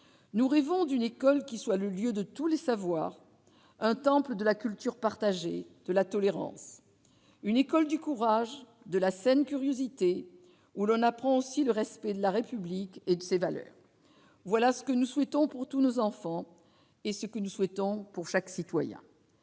nous rêvons d'une école qui soit le lieu de tous les savoirs, un temple de la culture partagée de la tolérance, une école du courage, de la saine curiosité où l'on apprend aussi le respect de la République et de ses valeurs, voilà ce que nous souhaitons pour tous nos enfants et ce que nous souhaitons pour chaque citoyen,